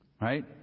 Right